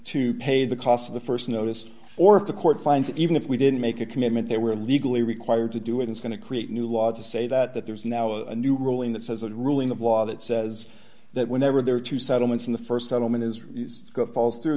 to pay the cost of the st noticed or if the court finds even if we didn't make a commitment they were legally required to do it it's going to create a new law to say that that there's now a new ruling that says a ruling of law that says that whenever there are two settlements in the st settlement is falls through